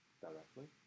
directly